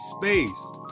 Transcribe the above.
space